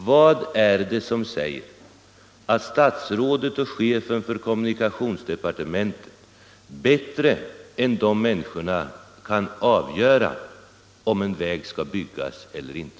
Vad är det som säger att statsrådet och chefen för kommunikationsdepartementet bättre än dessa människor kan avgöra om en väg bör byggas eller inte?